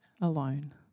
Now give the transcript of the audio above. alone